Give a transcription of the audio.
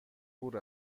کور